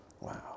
Wow